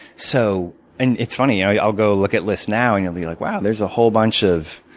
so and it's funny, i'll go look at lists now, and i'll be like wow, there's a whole bunch of